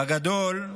בגדול,